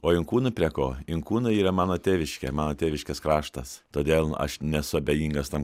o inkūnai prie ko inkūnai yra mano tėviškė mano tėviškės kraštas todėl aš nesu abejingas tam